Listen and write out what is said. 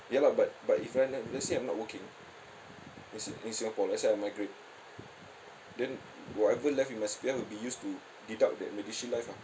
ya lah but but if you want that let's say I'm not working in si~ in singapore let's say I migrate then whatever left in my C_P_F will be used to deduct that medishield life lah